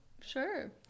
Sure